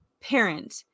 parent